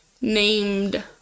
Named